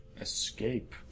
escape